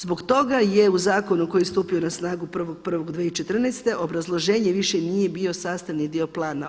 Zbog toga je u zakonu koji je stupio na nadu 1.1.2014. obrazloženje više nije bio sastavni dio plan.